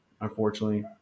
unfortunately